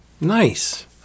Nice